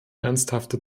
ernsthafte